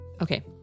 Okay